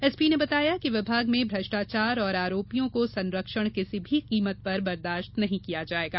SP ने बताया कि विभाग में भ्रष्टाचार और अपराधियों को संरक्षण किसी भी कीमत पर बर्दाश्त नहीं किया जाएगा